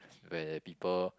where the people